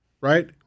right